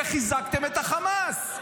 וחיזקתם את חמאס.